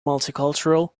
multicultural